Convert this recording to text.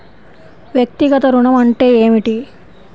వ్యక్తిగత ఋణం అంటే ఏమిటి?